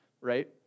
right